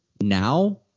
now